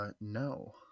No